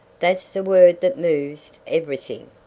that's the word that moves everything,